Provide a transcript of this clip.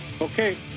Okay